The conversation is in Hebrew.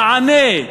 יענה,